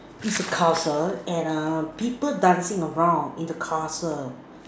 it's a castle and err people dancing around in the castle